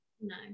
no